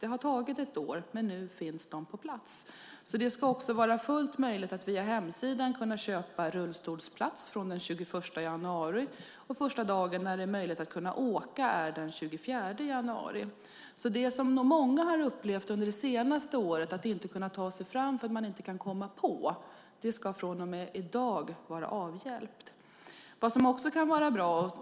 Det har tagit ett år, men nu finns de på plats. Det ska också vara fullt möjligt att från den 21 januari köpa rullstolsplatser via hemsidan. Den första dagen när det är möjligt att åka är den 24 januari. Det som många har upplevt det senaste året, att man inte har kunnat ta sig fram därför att man inte har kunnat komma på tåget, ska vara avhjälpt från och med i dag.